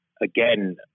again